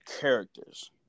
characters